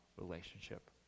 relationship